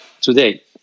today